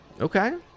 Okay